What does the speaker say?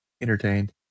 entertained